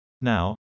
Now